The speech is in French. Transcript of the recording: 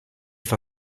fin